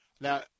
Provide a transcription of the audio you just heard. Now